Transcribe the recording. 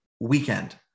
weekend